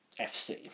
FC